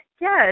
yes